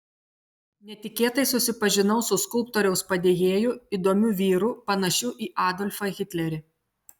netikėtai susipažinau su skulptoriaus padėjėju įdomiu vyru panašiu į adolfą hitlerį